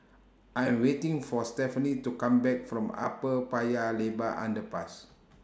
I Am waiting For Stefanie to Come Back from Upper Paya Lebar Underpass